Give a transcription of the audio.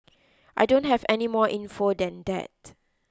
I don't have any more info than that